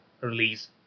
release